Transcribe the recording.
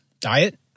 Diet